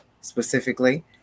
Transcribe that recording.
specifically